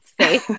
say